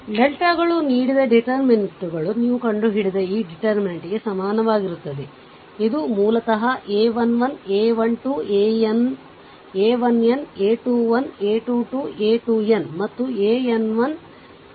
ಡೆಲ್ಟಾಗಳು ನೀಡಿದ ಡಿಟೇರ್ಮಿನೆಂಟ್ಗಳು ನೀವು ಕಂಡು ಹಿಡಿದ ಈ ಡಿಟೇರ್ಮಿನೆಂಟ್ ಗೆ ಸಮನಾಗಿರುತ್ತದೆ ಇದು ಮೂಲತಃ a 1 1 a 1 2 a 1n a 21 a 2 2 a 2n ಮತ್ತು an 1 an 2 ann ಆಗಿದೆ